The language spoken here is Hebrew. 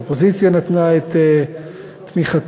האופוזיציה נתנה את תמיכתה,